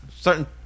certain